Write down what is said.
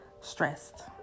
stressed